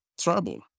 trouble